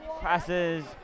Passes